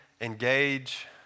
engage